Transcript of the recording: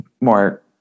more